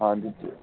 ਹਾਂਜੀ ਜੀ